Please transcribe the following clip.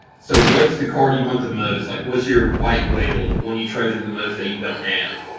so what's the card you want the most? like what's your white whale? the one you treasure the most that you don't have?